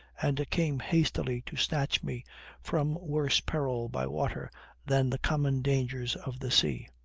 and came hastily to snatch me from worse perils by water than the common dangers of the sea.